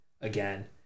again